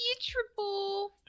triple